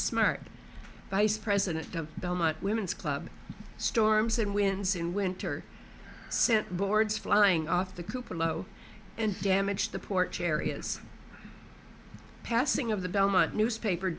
smart vice president of the women's club storms and winds in winter sent boards flying off the cooper low and damaged the porch areas passing of the belmont newspaper